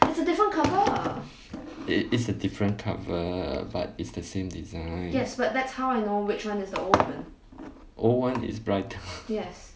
it's a different cover but it's the same design old one is brighter